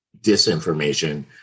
disinformation